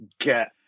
Get